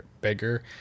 bigger